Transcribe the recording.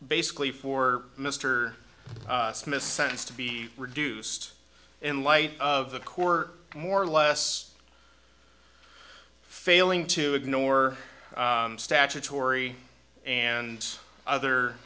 basically for mr smith's sentence to be reduced in light of the corps more or less failing to ignore statutory and other